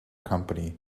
company